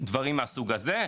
דברים מהסוג הזה,